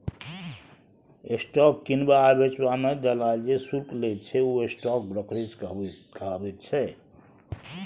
stock किनबा आ बेचबा मे दलाल जे शुल्क लैत छै ओ स्टॉक ब्रोकरेज कहाबैत छै